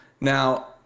Now